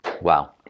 Wow